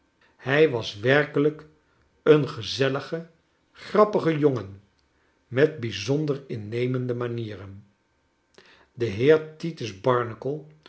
hij was werkelijk een gezellige grappige jongen met brjzonder innemende manieren de heer titus barnacle